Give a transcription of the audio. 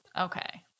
okay